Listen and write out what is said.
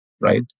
right